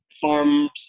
farms